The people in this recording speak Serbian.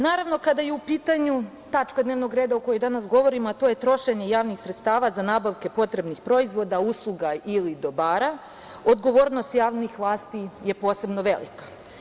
Naravno, kada je u pitanju tačka dnevnog reda o kojoj danas govorimo, a to je trošenje javnih sredstava za nabavke potrebnih proizvoda, usluga ili dobara, odgovornost javnih vlasti je posebno velika.